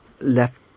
left